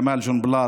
כמאל ג'ונבלאט,